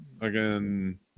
Again